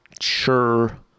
sure